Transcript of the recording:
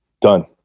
Done